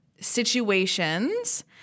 situations